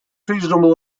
seasonal